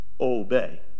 obey